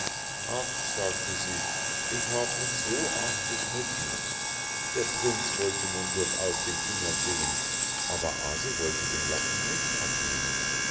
ach sagte sie ich habe mich so arg geschnitten der prinz wollte nun durchaus den finger sehen aber aase wollte den lappen nicht abnehmen